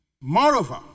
Moreover